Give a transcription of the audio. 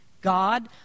God